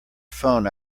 phone